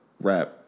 rap